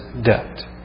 debt